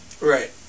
Right